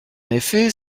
effet